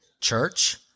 church